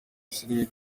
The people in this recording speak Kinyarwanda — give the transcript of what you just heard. isiraheli